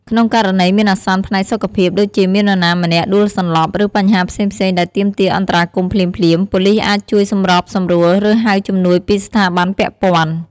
ក្នុងករណីមានអាសន្នផ្នែកសុខភាព ដូចជាមាននរណាម្នាក់ដួលសន្លប់ ឬបញ្ហាផ្សេងៗដែលទាមទារអន្តរាគមន៍ភ្លាមៗ ប៉ូលីសអាចជួយសម្របសម្រួល ឬហៅជំនួយពីស្ថាប័នពាក់ព័ន្ធ។